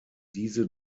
diese